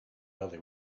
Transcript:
early